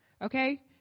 Okay